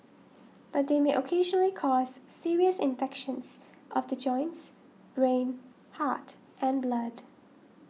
but they may occasionally cause serious infections of the joints brain heart and blood